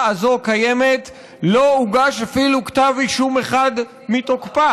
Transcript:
הזו קיימת לא הוגש אפילו כתב אישום אחד מתוקפה.